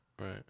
Right